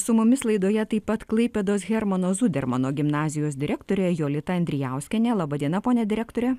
su mumis laidoje taip pat klaipėdos hermano zudermano gimnazijos direktorė jolita andrijauskienė laba diena ponia direktore